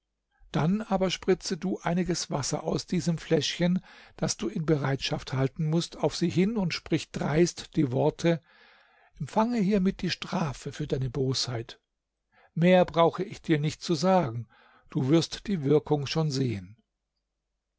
dann aber spritze du einiges wasser aus diesem fläschchen das du in bereitschaft halten mußt auf sie hin und sprich dreist die worte empfange hiermit die strafe für deine bosheit mehr brauche ich dir nicht zu sagen du wirst die wirkung schon sehen